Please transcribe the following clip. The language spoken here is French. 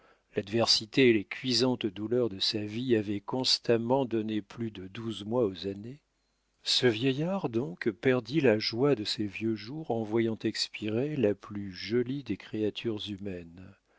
l'adversité et les cuisantes douleurs de sa vie avaient constamment donné plus de douze mois aux années ce vieillard donc perdit la joie de ses vieux jours en voyant expirer la plus jolie des créatures humaines